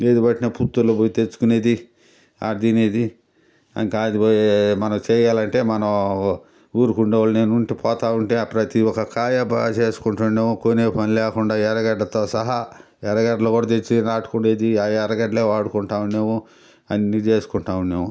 ఏది పట్టినా పుత్తూరులో పోయి తెలుసుకొనేది ఆడ తినేది ఇంకా ఆడపోయి మనం చేయాలంటే మనం ఊరుకుంటా ఉండలేను వూరికే పోతావుంటే ప్రతీ ఒక కాయా బా చేకుంటునాము కొనే పని లేకుంటా ఎరగడ్డతో సహా ఎరగడ్లు కూడా తెచ్చి నాటుకొనేది ఆ ఎరగడ్డలు కూడా వాడుకుంటా ఉన్నేము అన్నీ చేసుకుంటా ఉన్నేము